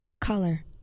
Color